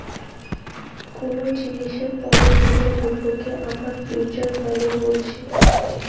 কুনো জিনিসের পরের দিনের মূল্যকে আমরা ফিউচার ভ্যালু বলছি